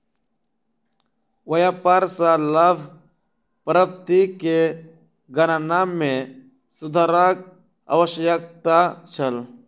व्यापार सॅ लाभ प्राप्ति के गणना में सुधारक आवश्यकता छल